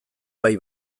bai